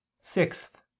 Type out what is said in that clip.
sixth